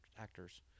actors